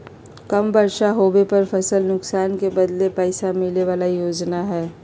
कम बर्षा होबे पर फसल नुकसान के बदले पैसा मिले बला योजना हइ